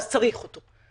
אז צריך אותו.